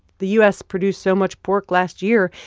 the u s. produced so much pork last year,